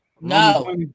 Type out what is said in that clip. No